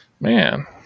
man